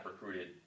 recruited